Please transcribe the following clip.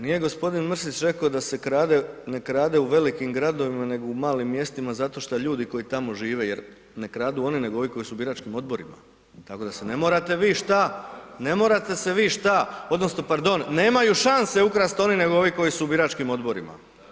Nije g. Mrsić rekao da se ne krade u velikim gradovima, nego u malim mjestima zato što ljudi koji tamo žive jer ne kradu oni nego ovi koji su u biračkim odborima, tako da se ne morate vi šta, ne morate se vi šta, odnosno pardon, nemaju šanse ukrasti oni nego ovi koji su u biračkim odborima.